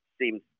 seems